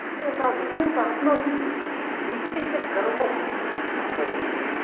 सः विजयं प्राप्नोतिः विजयस्य गर्वं न दृश्यते